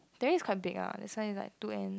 Tampines is quite big ah that's why like two end